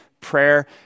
prayer